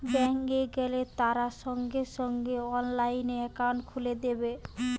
bank এ গেলে তারা সঙ্গে সঙ্গে অনলাইনে একাউন্ট খুলে দেবে